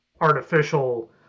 artificial